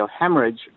hemorrhage